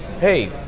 Hey